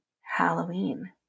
Halloween